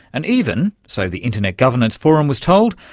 and even, so the internet governance forum was told,